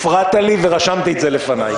הפרעת לי ורשמתי את זה לפניי.